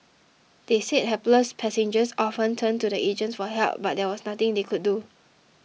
they said hapless passengers often turned to the agents for help but there was nothing they could do